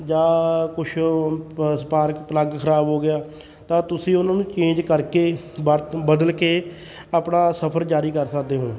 ਜਾਂ ਕੁਛ spark plug ਖਰਾਬ ਹੋ ਗਿਆ ਤਾਂ ਤੁਸੀਂ ਉਹਨਾਂ ਨੂੰ ਚੇਂਜ ਕਰਕੇ ਵਰਤ ਬਦਲ ਕੇ ਆਪਣਾ ਸਫ਼ਰ ਜਾਰੀ ਕਰ ਸਕਦੇ ਹੋ